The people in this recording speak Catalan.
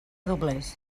doblers